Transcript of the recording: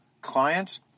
clients